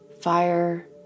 fire